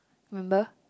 remember